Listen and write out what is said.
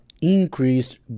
increased